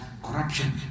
Corruption